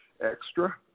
extra